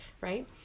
right